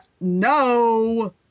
no